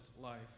life